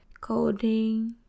coding